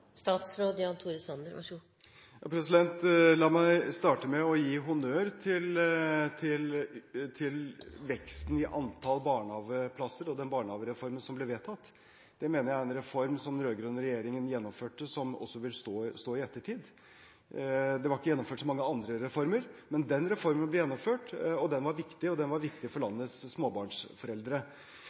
La meg starte med å gi honnør for veksten i antall barnehageplasser og den barnehagereformen som ble vedtatt. Det mener jeg er en reform som den rød-grønne regjeringen gjennomførte, som også vil stå seg i ettertid. Det ble ikke gjennomført så mange andre reformer, men den reformen ble gjennomført. Den var viktig, og den var viktig for landets småbarnsforeldre.